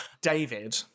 David